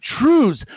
truths